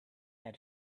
had